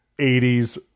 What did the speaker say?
80s